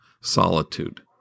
solitude